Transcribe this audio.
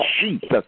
Jesus